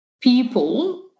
people